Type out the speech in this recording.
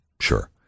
Sure